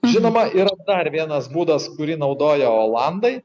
žinoma yra dar vienas būdas kurį naudoja olandai